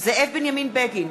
זאב בנימין בגין,